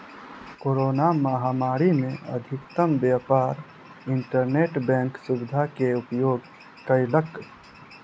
corona महामारी में अधिकतम व्यापार इंटरनेट बैंक सुविधा के उपयोग कयलक